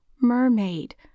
mermaid